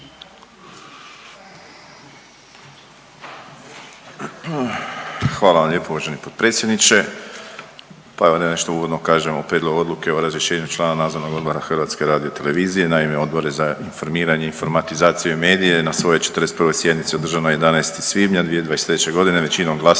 Hvala vam lijepo uvaženi potpredsjedniče. Pa evo da nešto uvodno kažem o Prijedlogu odluke o razrješenju člana Nadzornog odbora Hrvatske radiotelevizije, naime Odbor za informiranje, informatizaciju i medije na svojoj 41. sjednici održanoj 11. svibnja 2023.g. većinom glasova